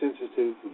sensitive